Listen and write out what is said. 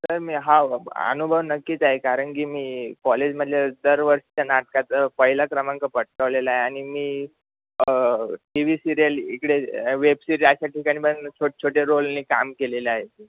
तर मी हो अनुभव नक्कीच आहे कारण की मी कॉलेजमधल्या दरवर्षीच्या नाटकाचं पहिला क्रमांक पटकावलेला आहे आणि मी टी व्ही सिरीयल इकडे वेब सिरीज अशा ठिकाणी पण छोटछोटे रोलने काम केलेलं आहे ते